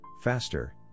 faster